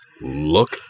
look